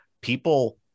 People